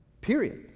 Period